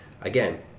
Again